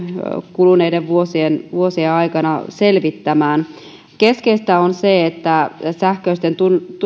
kuluneiden vuosien vuosien aikana selvittämään keskeistä on se että sähköisten